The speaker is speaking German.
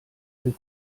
dem